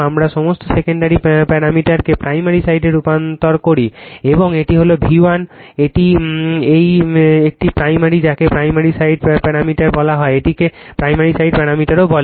আমরা সমস্ত সেকেন্ডারি প্যারামিটারকে প্রাইমারি সাইডে রূপান্তর করি এবং এটি হল V1 এটি এই একটি প্রাইমারি যাকে প্রাইমারি সাইট প্যারামিটার বলা হয় এটিকে প্রাইমারি সাইড প্যারামিটারও বলে